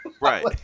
Right